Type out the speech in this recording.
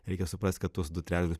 reikia suprasti kad tuos du trečdalius